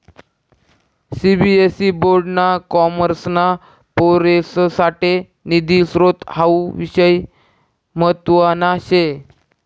CBSE board ना कॉमर्सना पोरेससाठे निधी स्त्रोत हावू विषय म्हतवाना शे